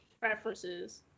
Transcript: preferences